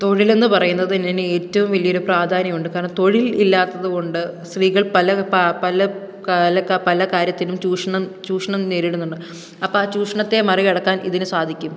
തൊഴിലെന്ന് പറയുന്നത് ഞാനി ഏറ്റോം വലിയൊരു പ്രാധാന്യം ഉണ്ട് കാരണം തൊഴിൽ ഇല്ലാത്തത് കൊണ്ട് സ്ത്രീകൾ പല പല കാല പല കാര്യത്തിനും ചൂഷണം ചൂഷണം നേരിടുന്നുണ്ട് അപ്പം ആ ചൂഷ്ണത്തെ മറികടക്കാൻ ഇതിന് സാധിക്കും